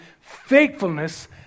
faithfulness